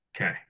Okay